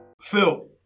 Phil